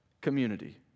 community